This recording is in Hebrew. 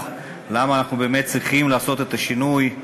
כלשהו: למה אנחנו באמת צריכים לעשות את השינוי?